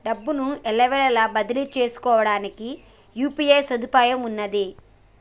డబ్బును ఎల్లవేళలా బదిలీ చేసుకోవడానికి యూ.పీ.ఐ సదుపాయం ఉన్నది